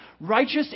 Righteous